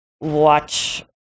watch